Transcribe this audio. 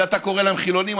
שאתה קורא להם חילונים,